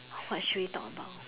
what should we talk about